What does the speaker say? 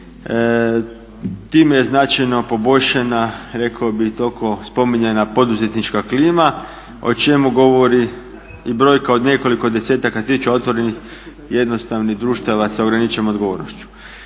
Time je značajno poboljšana rekao bih toliko spominjana poduzetnička klima o čemu govori i brojka od nekoliko desetaka tisuća otvorenih jednostavnih društava sa ograničenom odgovornošću.